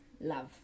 love